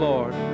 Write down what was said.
Lord